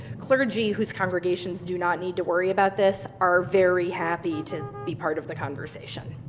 clergy whose congregations do not need to worry about this, are very happy to be part of the conversation.